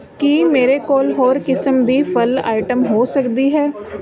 ਕੀ ਮੇਰੇ ਕੋਲ ਹੋਰ ਕਿਸਮ ਦੀ ਫ਼ਲ ਆਈਟਮ ਹੋ ਸਕਦੀ ਹੈ